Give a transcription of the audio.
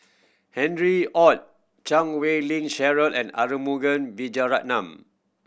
Harry Ord Chan Wei Ling Cheryl and Arumugam Vijiaratnam